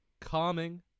calming